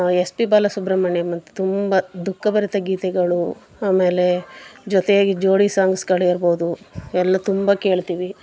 S P Balasubrahmanyam ಅಂತೂ ತುಂಬ ದುಃಖಭರಿತ ಗೀತೆಗಳು ಆಮೇಲೆ ಜೊತೆಯಾಗಿ ಜೋಡಿ ಸಾಂಗ್ಸ್ಗಳಿರ್ಬೋದು ಎಲ್ಲ ತುಂಬ ಕೇಳ್ತೀವಿ